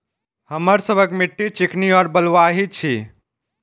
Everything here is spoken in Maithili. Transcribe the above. हमर सबक मिट्टी चिकनी और बलुयाही छी?